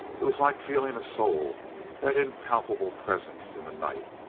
it was like feeling a soul that impalpable presence in the night.